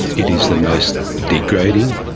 it is the most degrading,